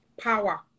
power